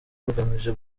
rugamije